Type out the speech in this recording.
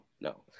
no